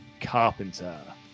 Carpenter